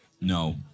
No